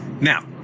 Now